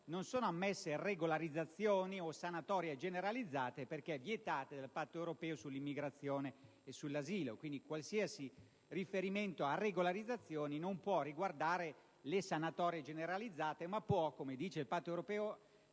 non sono ammesse regolarizzazioni o sanatorie generalizzate, essendo vietate dal Patto europeo sulla immigrazione e l'asilo. Quindi, qualsiasi riferimento a regolarizzazioni non può riguardare le sanatorie generalizzate, bensì - come dice il Patto europeo